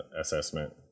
assessment